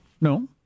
No